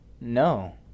No